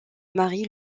marie